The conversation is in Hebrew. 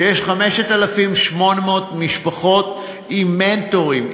שיש 5,000 משפחות עם מנטורים,